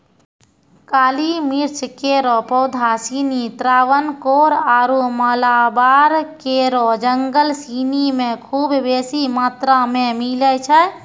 काली मिर्च केरो पौधा सिनी त्रावणकोर आरु मालाबार केरो जंगल सिनी म खूब बेसी मात्रा मे मिलै छै